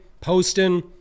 Poston